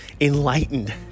enlightened